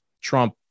Trump